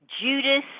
Judas